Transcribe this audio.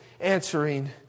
answering